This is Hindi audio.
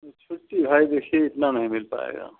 छुट्टी भाई देखिये इतना नहीं मिल पाएगा